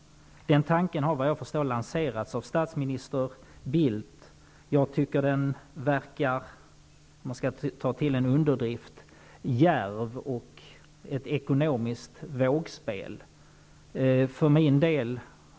Den tanken har såvitt jag förstår lanserats av statsminister Bildt. Om jag skall ta till en underdrift, tycker jag att den tanken verkar djärv och ekonomiskt vågad.